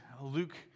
Luke